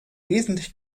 wesentlich